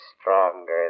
stronger